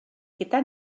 gyda